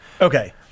Okay